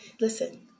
Listen